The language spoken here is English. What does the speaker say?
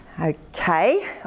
Okay